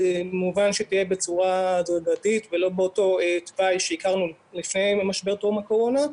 מובן שהיא תהיה בצורה הדרגתית ולא באותו תוואי שהכרנו לפני משבר קורונה,